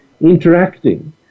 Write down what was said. interacting